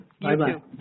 Bye-bye